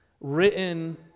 written